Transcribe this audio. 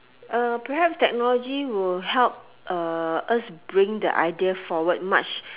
perhaps technology will help us bring the idea forward much